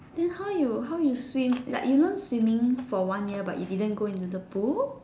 then how you how you swim like you learn swimming for one year but you didn't go in the pool